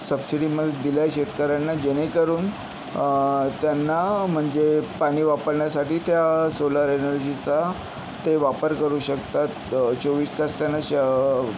subsidy म दिल्या शेतकऱ्यांना जेणेकरून त्यांना म्हणजे पाणी वापरण्यासाठी त्या सोलार एनर्जीचा ते वापर करू शकतात चोवीस तास त्यांना